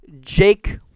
Jake